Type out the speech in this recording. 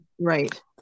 right